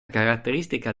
caratteristica